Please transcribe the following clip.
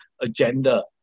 agenda